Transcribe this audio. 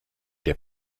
der